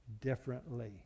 differently